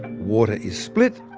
water is split,